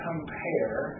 compare